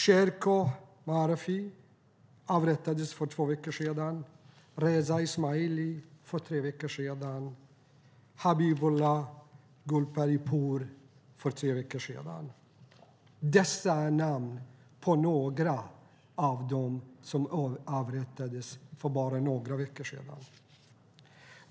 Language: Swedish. Sherko Mearefi avrättades för två veckor sedan, Reza Ismaili och Habibolla Golparipor för tre veckor sedan. Det är bara några av dem som avrättades för några veckor sedan.